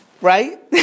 Right